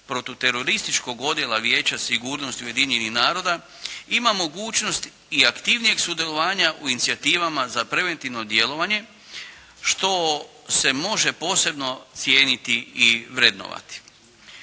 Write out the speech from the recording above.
Protuterorističkog odjela Vijeća sigurnosti Ujedinjenih naroda ima mogućnost i aktivnijeg sudjelovanja u inicijativama za preventivno djelovanje, što se može posebno cijeniti i vrednovati.